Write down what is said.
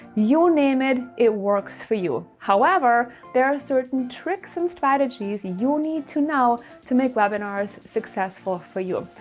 your name. it, it works for you. however, there are certain tricks and strategies you'll need to know to make webinars successful for you. ah